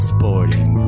Sporting